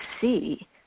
see